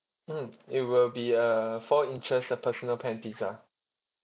mm it will be a four inches a personal pan pizza